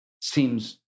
seems